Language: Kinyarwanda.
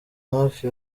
hafi